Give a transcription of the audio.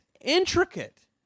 intricate